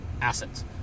assets